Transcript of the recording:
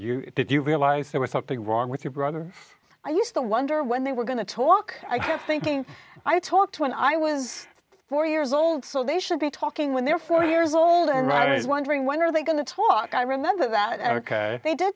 you're did you realize there was something wrong with your brother i used to wonder when they were going to talk i kept thinking i talked when i was four years old so they should be talking when they're four years old and i was wondering when are they going to talk i remember that ok they